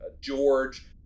George